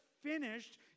finished